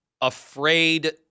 afraid